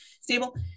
stable